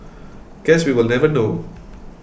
guess we will never know